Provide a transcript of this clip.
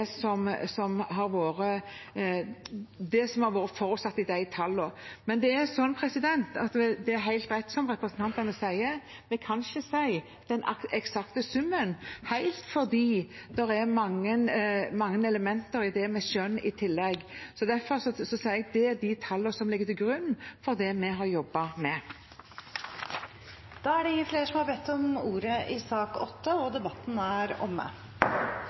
som har vært forutsatt i de tallene. Men det er helt rett som representantene sier, at vi ikke helt kan si den eksakte summen, for det er i tillegg mange elementer i det med skjønn. Derfor sier jeg at dette er de tallene som ligger til grunn for det vi har jobbet med. Flere har ikke bedt om ordet til sak nr. 8. Etter ønske fra familie- og kulturkomiteen vil presidenten ordne debatten